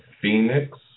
phoenix